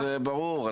זה ברור.